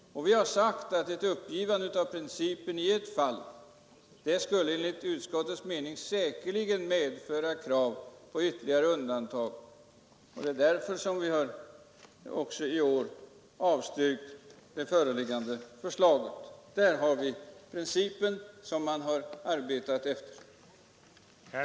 Vi understryker att ett ”uppgivande av principen i ett fall skulle enligt utskottets mening säkerligen medföra krav på ytterligare undantag”, och det är därför som vi också i år har avstyrkt det föreliggande förslaget. Där är principen som vi har arbetat efter.